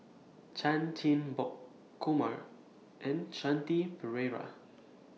Chan Chin Bock Kumar and Shanti Pereira